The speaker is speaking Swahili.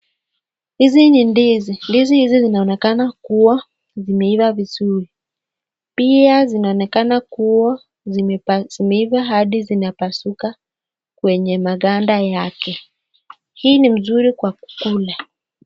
Hizi ni ndizi, ndizi hizi zinaonekana kuwa zimeiva vizuri pia zinaonekana kuwa zimeiva hadi zinapasuka kwenye maganda yake hii ni mzuri Kwa Kula.